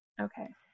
Okay